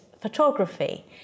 photography